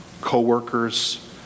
co-workers